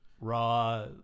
raw